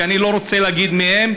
שאני לא רוצה להגיד מי הם,